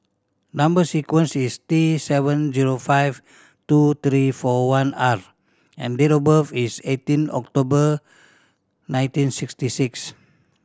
number sequence is T seven zero five two three four one R and date of birth is eighteen October nineteen sixty six